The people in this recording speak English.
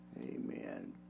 Amen